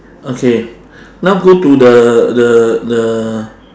okay now go to the the the